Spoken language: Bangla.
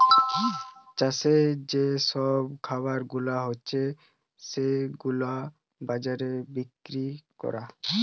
চাষের যে সব খাবার গুলা হতিছে সেগুলাকে বাজারে বিক্রি করা